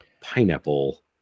pineapple